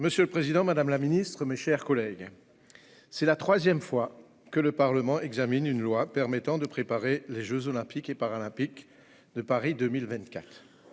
Monsieur le président, madame la ministre, mes chers collègues, pour la troisième fois, le Parlement examine une loi permettant de préparer les jeux Olympiques et Paralympiques de Paris 2024.